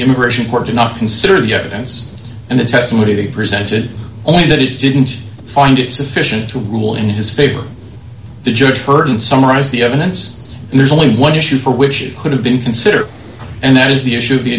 immigration court did not consider the evidence and the testimony they presented only that it didn't find it sufficient to rule in his favor the judge heard and summarize the evidence and there's only one issue for which it could have been considered and that is the issue of the